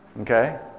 Okay